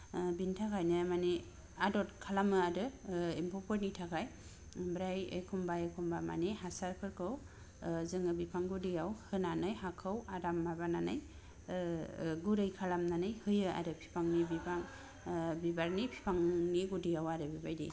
ओ बिनि थाखायनो माने आदर खालामो आरो एम्फौफोरनि थाखाय ओमफ्राय एखम्बा एखम्बा माने हासारफोरखौ ओ जोङो बिफां गुदियाव होनानै हाखौ आधा माबानानै ओ गुरै खालामनानै होयो आरो बिफांनि ओ बिबारनि बिफांनि गुदियाव आरो बेबायदि